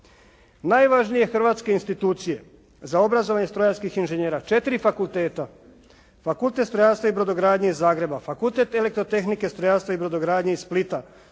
Najvažnije hrvatske institucije za obrazovanje strojarskih inženjera, četiri fakulteta, Fakultet strojarstva i brodogradnje iz Zagreba, Fakultet elektrotehnike strojarstva i brodogradnje iz Splita,